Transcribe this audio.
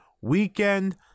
weekend